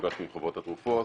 נפגשנו עם חברות התרופות,